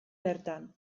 bertan